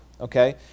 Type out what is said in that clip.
okay